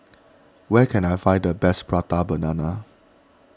where can I find the best Prata Banana